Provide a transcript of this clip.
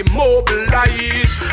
mobilize